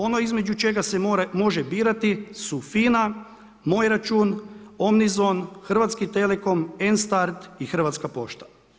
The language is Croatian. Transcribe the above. Ono između čega se može birati su FINA, moj račun, Omnizon, Hrvatski telekom, Mstart i Hrvatska pošta.